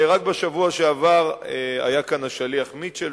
רק בשבוע שעבר היה כאן השליח מיטשל,